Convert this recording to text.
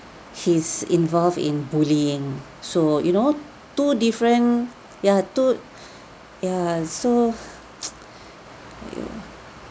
he's involved in bullying so you know two different ya two ya so !aiyo!